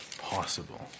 possible